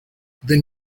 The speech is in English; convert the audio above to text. then